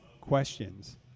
questions